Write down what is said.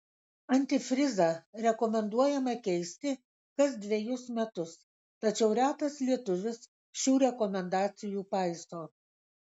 antifrizą rekomenduojama keisti kas dvejus metus tačiau retas lietuvis šių rekomendacijų paiso